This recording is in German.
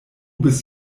bist